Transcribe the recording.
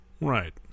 right